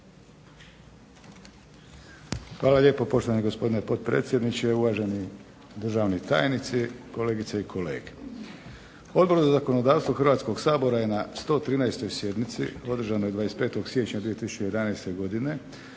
Hvala lijepa poštovani gospodine potpredsjedniče. Uvaženi državni tajnici, kolegice i kolege. Odbor za zakonodavstvo Hrvatskog sabora je na 113 sjednici održanoj 25. siječnja 2011. godine,